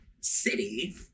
city